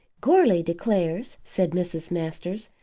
goarly declares, said mrs. masters,